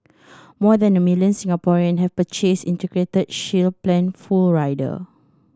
more than a million Singaporean have purchased Integrated Shield Plan full rider